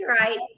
right